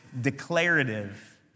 declarative